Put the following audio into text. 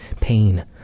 pain